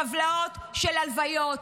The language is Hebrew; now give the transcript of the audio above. טבלאות של הלוויות.